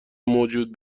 موجود